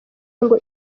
ngo